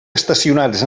estacionats